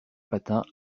patin